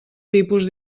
tipus